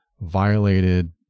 violated